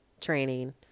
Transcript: training